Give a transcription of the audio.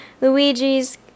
Luigi's